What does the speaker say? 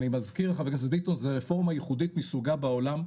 אני מזכיר לך זו רפורמה ייחודית מסוגה בעולם,